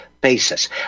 basis